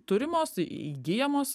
turimos įgyjamos